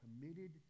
committed